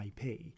IP